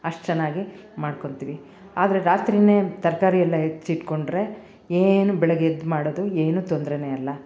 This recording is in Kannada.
ಅಷ್ಟು ಚೆನ್ನಾಗಿ ಮಾಡಿಕೊಂತೀವಿ ಆದರೆ ರಾತ್ರಿ ತರಕಾರಿ ಎಲ್ಲ ಹೆಚ್ಚಿಟ್ಕೊಂಡರೆ ಏನು ಬೆಳಗ್ಗೆ ಎದ್ದು ಮಾಡೋದು ಏನು ತೊಂದ್ರೆ ಅಲ್ಲ